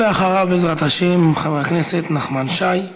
ואחריו, בעזרת השם, חבר הכנסת נחמן שי.